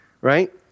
right